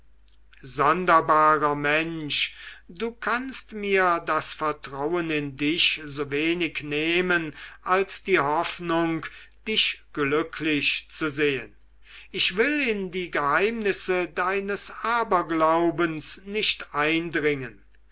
sonderbarer mensch du kannst mir das vertrauen in dich so wenig nehmen als die hoffnung dich glücklich zu sehen ich will in die geheimnisse deines aberglaubens nicht eindringen